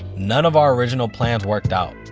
none of our original plans worked out,